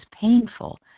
painful